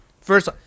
first